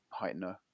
heightener